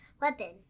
weapon